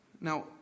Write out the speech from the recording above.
Now